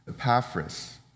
Epaphras